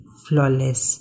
flawless